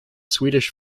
swedish